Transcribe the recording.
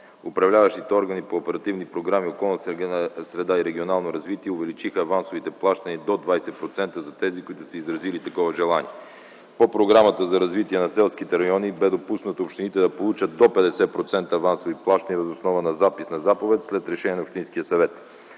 Управляващите органи по оперативни програми „Околна среда” и „Регионално развитие” увеличиха авансовите плащания до 20% за тези, които са изразили такова желание. По Програмата за развитие на селските райони бе допуснато общините да получат до 50% авансови плащания въз основа на запис на заповед след решение на общинския съвет.